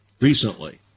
recently